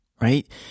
right